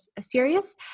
serious